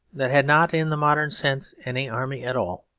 that had not in the modern sense any army at all,